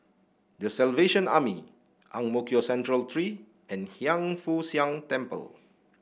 The Salvation Army Ang Mo Kio Central Three and Hiang Foo Siang Temple